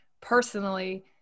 personally